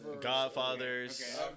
Godfathers